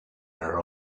are